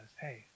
hey